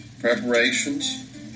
preparations